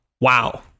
Wow